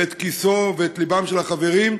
את כיסו ואת לבם של החברים,